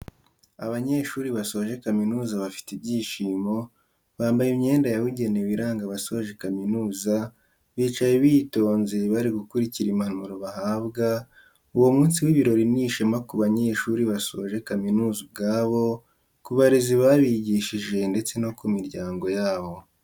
Abanyeshuri basoje kamizuza bafite ibyishimo, bambaye imyenda yabugenewe iranga abasoje kaminuza bicaye bitonze bari gukurikira impanuro bahabwa, uwo munsi w'ibirori ni ishema ku banyeshuri basoje kaminuza ubwabo, ku barezi babigishije ndetse no ku miryango yabo.